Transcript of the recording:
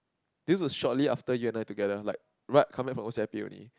this was shortly after you and I together like right come back from O_C_I_P already